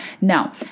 Now